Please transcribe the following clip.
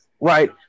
Right